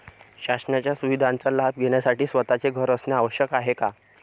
शासनाच्या सुविधांचा लाभ घेण्यासाठी स्वतःचे घर असणे आवश्यक आहे का?